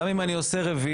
גם אם אני עושה רביעי,